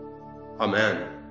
Amen